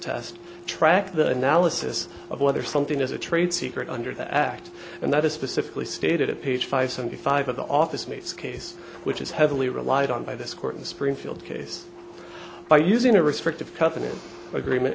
test track the analysis of whether something is a trade secret under the act and that is specifically stated at page five hundred five of the office mates case which is heavily relied on by this court in springfield case by using a restrictive company agreement